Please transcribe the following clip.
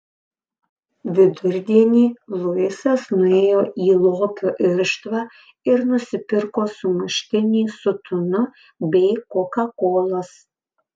vidurdienį luisas nuėjo į lokio irštvą ir nusipirko sumuštinį su tunu bei kokakolos